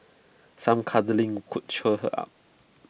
some cuddling could cheer her up